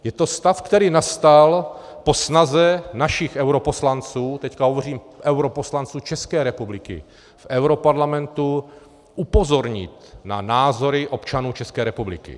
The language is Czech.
Je to stav, který nastal po snaze našich europoslanců, teď hovořím europoslanců České republiky v europarlamentu, upozornit na názory občanů České republiky.